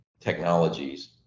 technologies